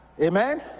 Amen